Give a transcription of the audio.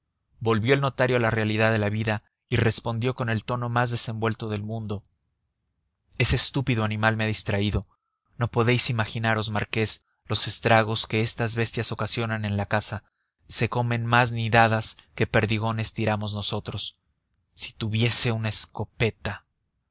volvió el notario a la realidad de la vida y respondió con el tono más desenvuelto del mundo ese estúpido animal me ha distraído no podéis imaginaros marqués los estragos que estas bestias ocasionan en la caza se comen más nidadas que perdigones tiramos nosotros si tuviese una escopeta